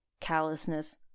callousness